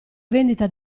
vendita